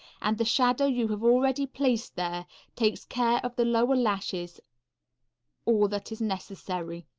and the shadow you have already placed there takes care of the lower lashes all that is necessary.